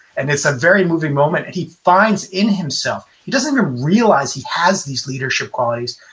and it's a very moving moment and he finds in himself, he doesn't even realize he has these leadership qualities.